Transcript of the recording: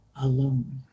alone